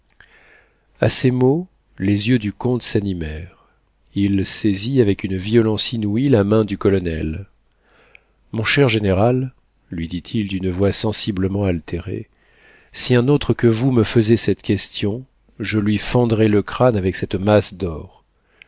a ces mots les yeux du comte s'animèrent il saisit avec une violence inouïe la main du colonel mon cher général lui dit-il d'une voix sensiblement altérée si un autre que vous me faisait cette question je lui fendrais le crâne avec cette masse d'or